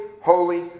holy